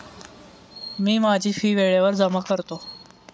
मी माझी फी वेळेवर जमा करतो